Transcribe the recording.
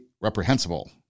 reprehensible